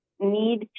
Need